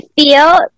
feel